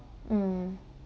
mm